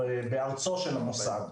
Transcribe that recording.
בארצו של המוסד.